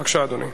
בבקשה, אדוני.